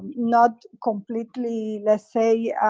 not completely, let's say